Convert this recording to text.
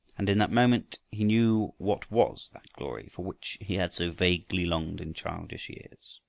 and in that moment he knew what was that glory for which he had so vaguely longed in childish years.